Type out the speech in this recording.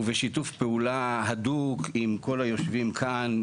ובשיתוף פעולה הדוק עם כל היושבים כאן,